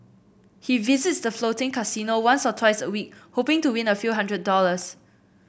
he visits the floating casino once or twice a week hoping to win a few hundred dollars